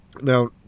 Now